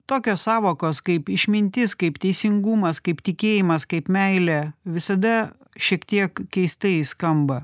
tokios sąvokos kaip išmintis kaip teisingumas kaip tikėjimas kaip meilė visada šiek tiek keistai skamba